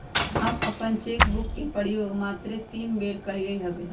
हम अप्पन cheque book के प्रयोग मातरे तीने बेर कलियइ हबे